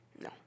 No